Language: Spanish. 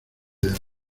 del